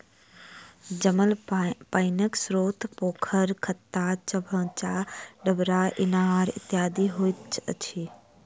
जमल पाइनक स्रोत पोखैर, खत्ता, चभच्चा, डबरा, इनार इत्यादि होइत अछि